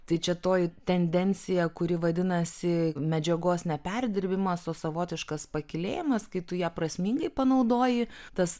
tai čia toji tendencija kuri vadinasi medžiagos ne perdirbimas o savotiškas pakylėjimas kai tu ją prasmingai panaudoji tas